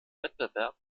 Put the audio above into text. wettbewerb